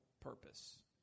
purpose